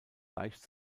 leicht